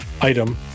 item